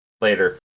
later